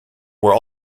were